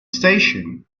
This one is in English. station